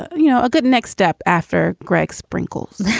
you know, a good next step after greg sprinkles